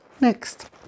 Next